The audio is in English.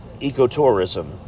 ecotourism